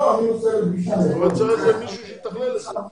אולי צריך מישהו שיתכלל את זה.